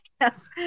Yes